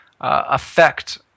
affect